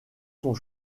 sont